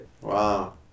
Wow